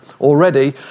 already